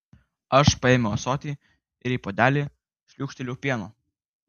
aš paėmiau ąsotį ir į puodelį šliūkštelėjau pieno